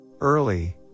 early